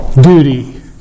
duty